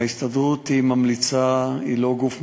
ההסתדרות הרפואית היא ממליצה,